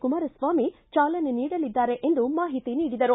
ಕುಮಾರಸ್ವಾಮಿ ಚಾಲನೆ ನೀಡಲಿದ್ದಾರೆ ಎಂದು ಮಾಹಿತಿ ನೀಡಿದರು